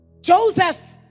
Joseph